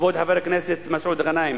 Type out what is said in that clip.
כבוד חבר הכנסת מסעוד גנאים